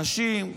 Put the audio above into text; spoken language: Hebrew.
נשים,